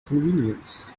convenience